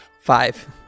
Five